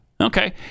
Okay